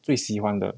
最喜欢的